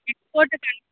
export time